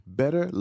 better